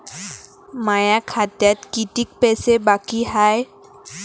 माया खात्यात कितीक पैसे बाकी हाय?